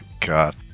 God